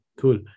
Cool